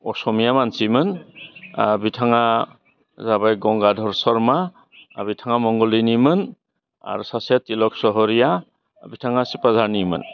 असमिया मानसिमोन बिथाङा जाबाय गंगाधर शर्मा बिथाङा मंगलदैनिमोन आरो सासेया तिलक सहरिया बिथाङा सिपाझारनिमोन